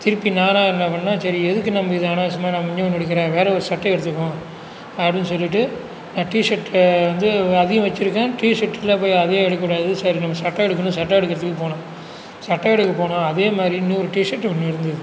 திருப்பி நானே என்ன பண்ணிணேன் சரி எதுக்கு நம்ம இதை அனாவசியமாக நான் இன்னுன்னு எடுக்குறேன் வேறு ஒரு சட்டைய எடுத்துக்குவோம் அப்படின்னு சொல்லிகிட்டு நான் டிஷர்ட் வந்து அதையும் வச்சுருக்கேன் டிஷர்ட்யில் போகி அதையும் எடுக்கக்கூடாது சரி நம்ம சட்டை எடுக்கணும் சட்டை எடுக்குகிறதுக்கு போனேன் சட்டை எடுக்கப்போனோம் அதே மாதிரி இன்னொரு டிஷர்ட்டு ஒன்று இருந்தது